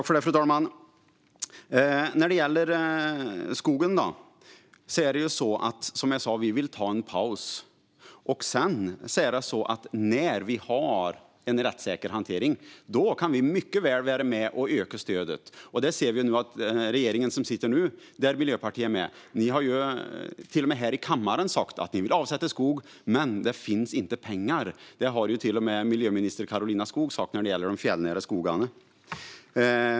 Fru talman! När det gäller skogen vill vi, som jag sa, ta en paus. När vi har en rättssäker hantering kan vi mycket väl vara med och öka stödet. Regeringen som sitter nu, där Miljöpartiet är med, har ju till och med här i kammaren sagt att man vill avsätta skog. Men det finns inte pengar - det har till och med miljöminister Karolina Skog sagt - när det gäller de fjällnära skogarna.